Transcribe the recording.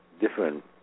different